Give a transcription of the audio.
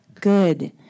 good